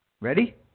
Ready